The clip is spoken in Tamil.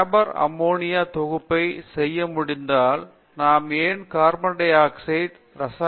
ஹேபர் அம்மோனியா தொகுப்பைச் செய்ய முடிந்தால் நாம் ஏன் கார்பன் டை ஆக்சைடு க்கு ரசாயனம் செய்ய முடியாது